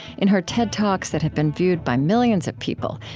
in her ted talks that have been viewed by millions of people,